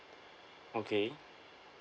okay